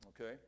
okay